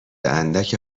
اندک